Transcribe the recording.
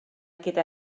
gyda